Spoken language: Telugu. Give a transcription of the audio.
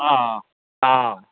ఆ ఆ